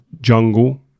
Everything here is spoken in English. jungle